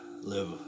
live